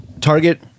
Target